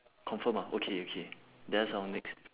confirm ah okay okay there's our next